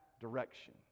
direction